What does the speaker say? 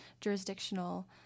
jurisdictional